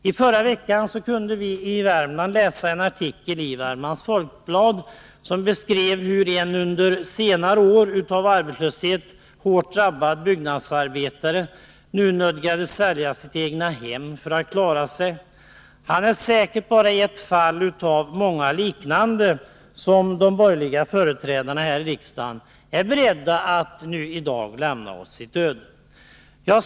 I förra veckan kunde vi i Värmland läsa en artikel i Värmlands Folkblad som beskrev hur en under senare år av arbetslöshet hårt drabbad byggnadsarbetare nu nödgades sälja sitt egna hem för att klara sig. Han är säkert bara ett fall av många liknande som de borgerliga företrädarna här i riksdagen är beredda lämna åt sitt öde.